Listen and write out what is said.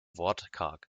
wortkarg